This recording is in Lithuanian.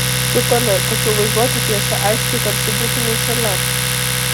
tu toli tačiau vaizduotė piešia aiškiai tarsi būtumei šalia